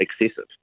excessive